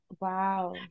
Wow